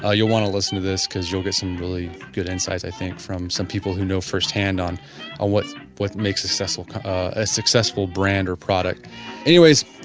ah you want to listen to this because you will get some really good insights i think from some people who know firsthand on ah what what makes a ah successful brand or product anyways,